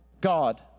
God